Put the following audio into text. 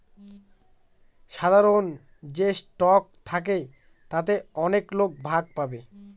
সাধারন যে স্টক থাকে তাতে অনেক লোক ভাগ পাবে